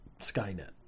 Skynet